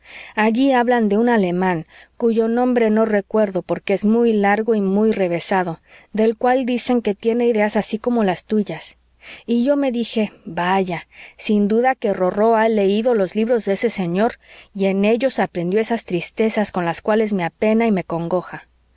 allí hablan de un alemán cuyo nombre no recuerdo porque es muy largo y muy revesado del cual dicen que tiene ideas así como las tuyas y yo me dije vaya sin duda que rorró ha leído los libros de ese señor y en ellos aprendió esas tristezas con las cuales me apena y me congoja